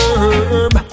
herb